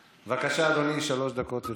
בבקשה, אדוני, שלוש דקות לרשותך.